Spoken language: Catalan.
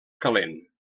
calent